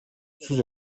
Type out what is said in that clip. sus